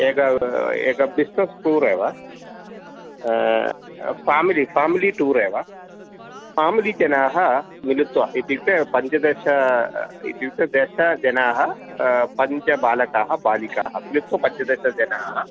एकः एकः business tour एव फ़ेमिली फेमिली टूर् एव फेमिलिजनाः मिलित्वा इत्युक्ते पञ्चदश इत्युक्ते दशजनाः पञ्चबालकाः बालिकाः मिलित्वा पञ्चादशजनाः